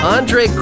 Andre